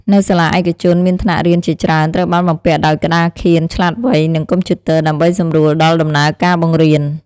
នៅសាលាឯកជនមានថ្នាក់រៀនជាច្រើនត្រូវបានបំពាក់ដោយក្តារខៀនឆ្លាតវៃ និងកុំព្យូទ័រដើម្បីសម្រួលដល់ដំណើរការបង្រៀន។